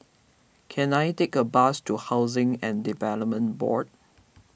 can I take a bus to Housing and Development Board